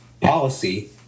policy